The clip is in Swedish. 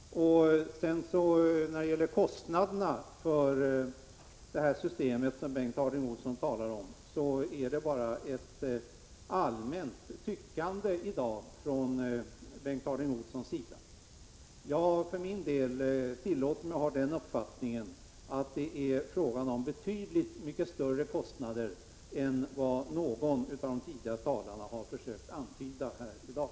När det gäller kostnaderna för det system som Bengt Harding Olson talar om presenterar Bengt Harding Olson bara ett allmänt tyckande i dag. Jag för min del tillåter mig att ha den uppfattningen att det är fråga om betydligt större kostnader än vad någon av de tidigare talarna har försökt antyda här i dag.